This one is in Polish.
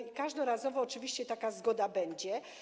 I każdorazowo oczywiście taka zgoda będzie.